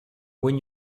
when